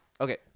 okay